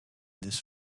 this